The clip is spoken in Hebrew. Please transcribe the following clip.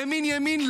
ימין ימין,